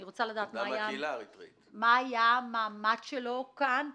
אני רוצה לדעת מה היה המעמד שלו כאן.